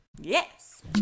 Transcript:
Yes